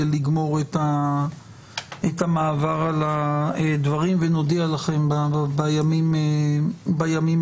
לגמור את המעבר על הדברים ונודיע לכם בימים הקרובים.